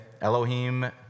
Elohim